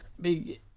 Big